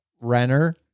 Renner